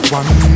one